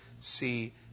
see